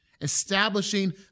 establishing